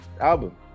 album